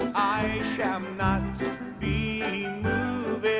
i shall not be